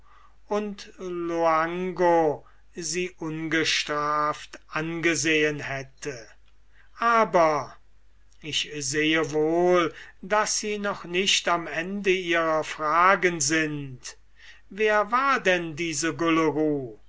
und loango sie ungestraft angesehen hätte aber ich sehe wohl daß sie noch nicht am ende ihrer fragen sind wer war denn diese